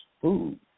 food